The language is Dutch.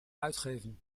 uitgeven